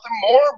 more